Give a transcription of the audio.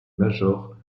major